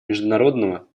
международного